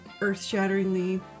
earth-shatteringly